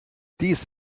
dies